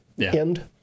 end